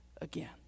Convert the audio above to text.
again